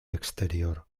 exterior